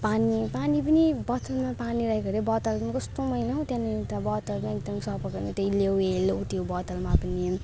पानी पानी पनि बोतलमा पानी राखेको हरे बोतलमा कस्तो मैला हो त्यहाँनेरि त बोतल एकदम सफा गर्न त्यो लेउ है लेउ त्यो बोतलमा पनि